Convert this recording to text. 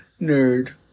Nerd